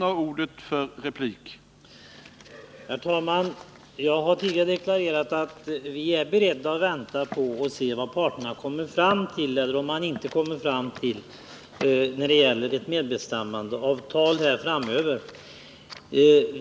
Herr talman! Jag har tidigare deklarerat att vi är beredda att vänta och se Torsdagen den vad parterna kommer fram till eller inte kommer fram till när det gäller 29 november 1979 medbestämmandeavtal framöver.